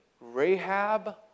Rahab